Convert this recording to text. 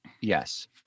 yes